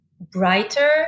brighter